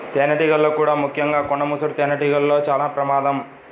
తేనెటీగల్లో కూడా ముఖ్యంగా కొండ ముసురు తేనెటీగలతో చాలా ప్రమాదం